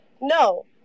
No